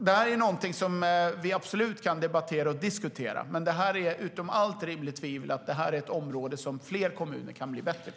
Detta är något som vi absolut kan debattera och diskutera, men det står bortom allt rimligt tvivel att det är ett område där fler kommuner kan bli bättre.